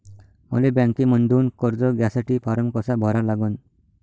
मले बँकेमंधून कर्ज घ्यासाठी फारम कसा भरा लागन?